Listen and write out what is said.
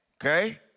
Okay